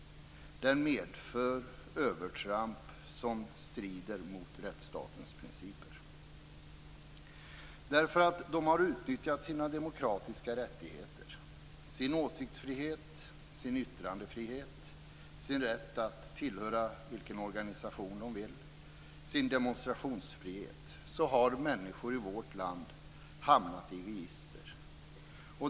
Den medför övertramp som strider mot rättsstatens principer. Därför att de har utnyttjat sina demokratiska rättigheter - sin åsiktsfrihet, sin yttrandefrihet, sin rätt att tillhöra vilken organisation de vill, sin demonstrationsfrihet - har människor i vårt land hamnat i register.